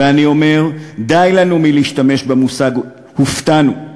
ואני אומר, די לנו מלהשתמש במושג "הופתענו".